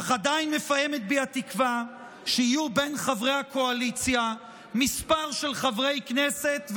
אך עדיין מפעמת בי התקווה שיהיו בין חברי הקואליציה כמה חברי כנסת,